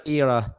era